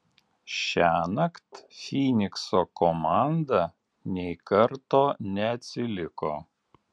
šiąnakt fynikso komanda nei karto neatsiliko